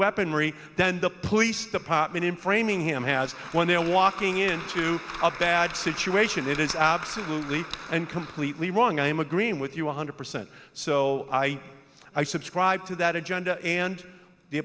weaponry then the police department in framingham has when they're walking into a bad situation it is absolutely and completely wrong i'm agreeing with you one hundred percent so i i subscribe to that agenda and the